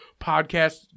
podcast